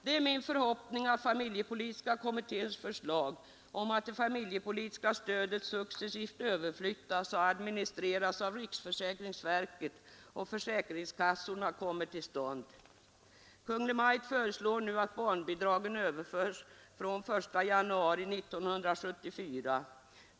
Det är min förhoppning att familjepolitiska kommitténs förslag om att det familjepolitiska stödet successivt överflyttas och administreras av riksförsäkringsverket och försäkringskassorna kommer att förverkligas. Kungl. Maj:t föreslår nu att barnbidragen överförs från 1 januari 1974.